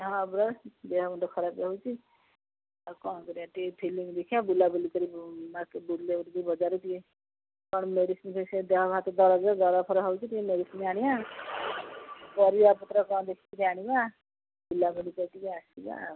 ହଁ ପରା ଦେହ ଦେହ ମୁଣ୍ଡ ଖରାପ୍ ରହୁଛି ଆଉ କ'ଣ କରିବା ଟିକେ ଫିଲ୍ମ ଦେଖିବା ବୁଲାବୁଲି କରି ବୁଲିଲେ ବୁଲିକି ବଜାରରୁ ଟିକିଏ କ'ଣ ମେଡ଼ିସିନ୍ ସେ ଦେହ ହାତ ଦରଜଫରଜ ହେଉଛି ଟିକେ ମେଡ଼ିସିନ୍ ଆଣିବା ପରିବାପତ୍ର କ'ଣ ଦେଖିକି ଟିକେ ଆଣିବା ବୁଲାବୁଲି କରିକି ଟିକେ ଆସିବା ଆଉ